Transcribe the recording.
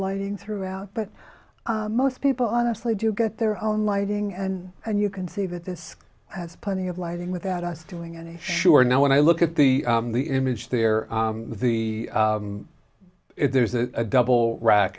lighting throughout but most people honestly do get their own lighting and and you can see that this has plenty of lighting without us doing any sure now when i look at the the image there the there's a double rack